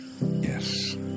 Yes